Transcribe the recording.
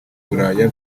buraya